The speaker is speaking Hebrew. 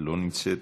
לא נמצאת.